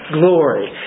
glory